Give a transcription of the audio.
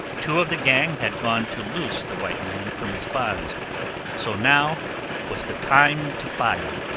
two of the gang had gone to loose the white man from his bonds so now was the time to fire.